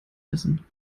essen